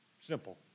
Simple